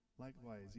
Likewise